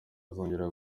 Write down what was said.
azongera